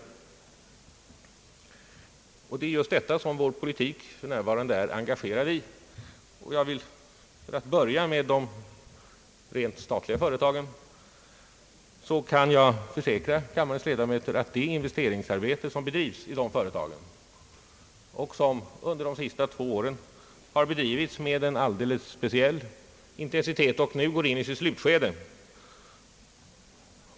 Det är just detta som Ang. statlig företagsetablering vår politik för närvarande är engagerTad i. För att börja med de rent statliga företagen kan jag försäkra kammarens ledamöter att det investeringsarbete som sker i dessa företag under de senaste två åren har bedrivits med en alldeles speciell intensitet och nu går in i sitt slutskede.